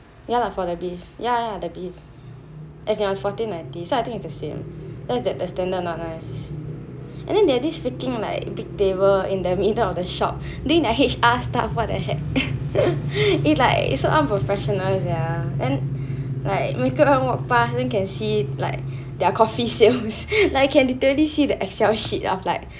ya lah for the beef ya ya the beef as in it was fourteen ninety so I think it's the same just that the standard not nice and then they have this freaking like big table in the middle of the shop doing their H_R stuff what the heck it's like so unprofessional sia then like 每个人 walk pass then can see like their coffee sales can literally see their excel sheets of like